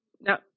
Now